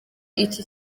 iki